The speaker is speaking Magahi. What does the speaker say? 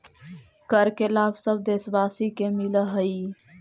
कर के लाभ सब देशवासी के मिलऽ हइ